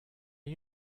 are